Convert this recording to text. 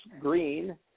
green